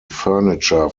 furniture